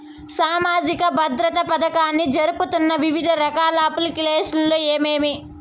సామాజిక భద్రత పథకాన్ని జరుపుతున్న వివిధ రకాల అప్లికేషన్లు ఏమేమి?